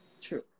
True